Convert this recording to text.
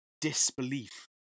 disbelief